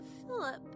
Philip